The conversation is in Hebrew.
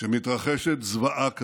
כשמתרחשת זוועה כזו,